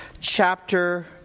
chapter